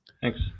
Thanks